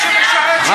באמת.